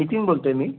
नितीन बोलतो आहे मी